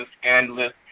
scandalous